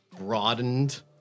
broadened